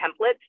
templates